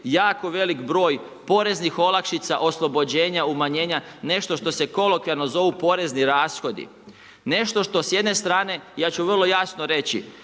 jako velik broj poreznih olakšica, oslobođenja, umanjenja, nešto što se kolokvijalno zovu porezni rashodi. Nešto što s jedne strane, ja ću vrlo jasno reći,